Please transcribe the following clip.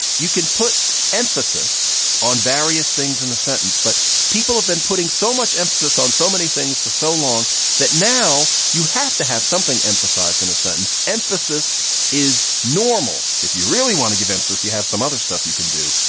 you can put emphasis on various things in the sentence, but people have been putting so much emphasis on so many things for so long that now you have to have something emphasized in a sentence. emphasis is normal. if you really want to give emphasis, you have some other stuff you can do.